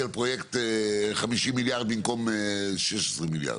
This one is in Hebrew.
על פרויקט 50 מיליארד במקום 16 מיליארד.